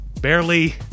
Barely